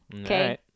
okay